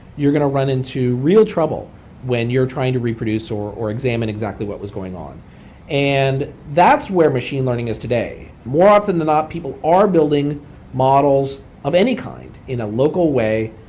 you're going to run into real trouble when you're trying to reproduce or or examine exactly what was going on and that's where machine learning is today. more often than not, people are building models of any kind in a local way.